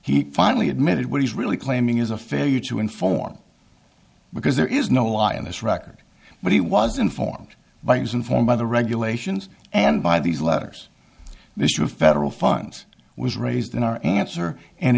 he finally admitted what he's really claiming is a failure to inform because there is no lie in this record but he was informed by is informed by the regulations and by these letters issue of federal funds was raised in our answer and